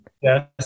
Yes